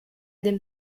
dem